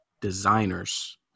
designers